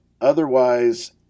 otherwise